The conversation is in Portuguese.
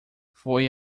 foi